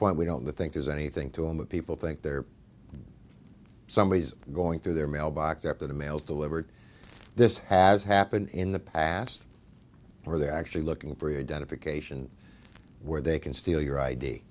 point we don't think there's anything to him of people think they're somebodies going through their mailbox after the mail delivered this has happened in the past where they're actually looking for your dedication where they can steal your